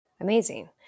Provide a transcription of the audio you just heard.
Amazing